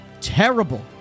terrible